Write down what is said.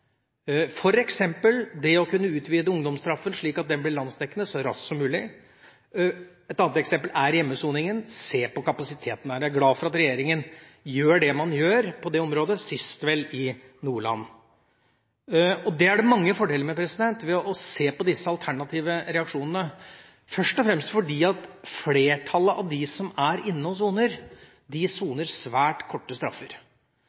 f.eks. det å kunne utvide ungdomsstraffen, slik at den blir landsdekkende så raskt som mulig. Et annet eksempel er hjemmesoninga – se på kapasiteten der. Jeg er glad for at regjeringa gjør det den gjør på dette området – sist i Nordland, var det vel. Det er mange fordeler ved å se på disse alternative reaksjonene, først og fremst fordi flertallet av dem som er inne og soner, soner svært korte straffer.